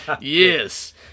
Yes